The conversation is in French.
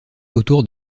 autour